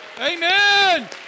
Amen